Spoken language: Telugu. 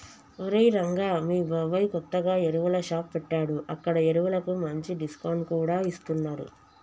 ఒరేయ్ రంగా మీ బాబాయ్ కొత్తగా ఎరువుల షాప్ పెట్టాడు అక్కడ ఎరువులకు మంచి డిస్కౌంట్ కూడా ఇస్తున్నరు